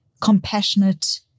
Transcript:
compassionate